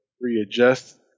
readjust